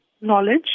knowledge